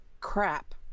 crap